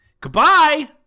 goodbye